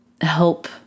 help